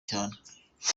cyane